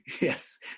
Yes